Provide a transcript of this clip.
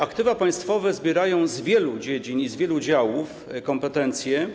Aktywa państwowe zbierają z wielu dziedzin i z wielu działów kompetencje.